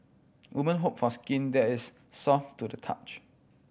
woman hope for skin that is soft to the touch